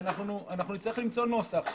נצטרך למצוא נוסח.